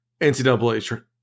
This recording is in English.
NCAA